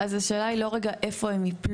אז השאלה היא לא איפה הם יפלו,